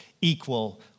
equal